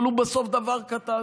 אבל הוא בסוף דבר קטן,